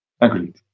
Agreed